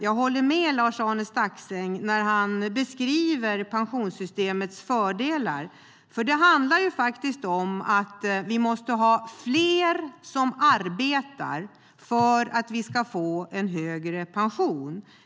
Jag håller med Lars-Arne Staxäng när han beskriver pensionssystemets fördelar. Fler måste arbeta om vi ska få en högre pension.